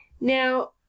Now